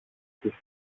τις